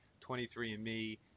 23andMe